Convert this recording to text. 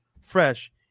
Fresh